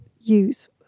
use